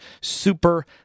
SUPER